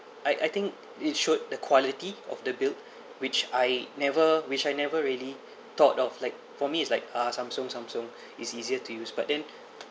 I I think it showed the quality of the build which I never which I never really thought of like for me is like uh Samsung Samsung is easier to use but then